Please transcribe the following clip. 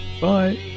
Bye